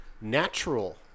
natural